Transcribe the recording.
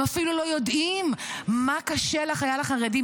הם אפילו לא יודעים מה קשה לחייל החרדי,